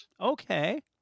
Okay